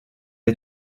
est